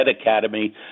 Academy